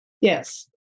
Yes